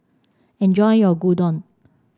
enjoy your Gyudon